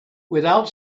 without